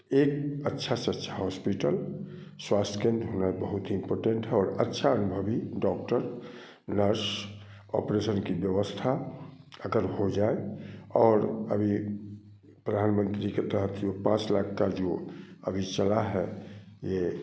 एक अच्छा से अच्छा हॉस्पिटल स्वास्थ्य केंद्र होना बहुत ही इम्पोर्टेन्ट है और अच्छा अनुभवी डॉक्टर नर्स ऑपरेशन की व्यवस्था अगर हो जाए और अभी प्रधानमंत्री के तहत जो पांच लाख का जो अभी चला है ये